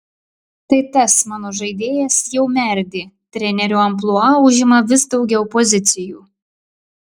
tai tas mano žaidėjas jau merdi trenerio amplua užima vis daugiau pozicijų